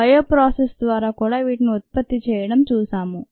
bio process ద్వారా కూడా వీటిని ఉత్పత్తి చేయడం చూశాము